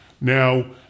Now